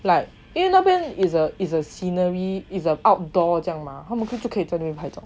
like 因为那边 is a is a scenery is a outdoor 这样 mah 他们不就可以在那边拍照